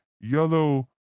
yellow